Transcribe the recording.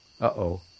Uh-oh